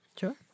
Sure